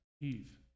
Eve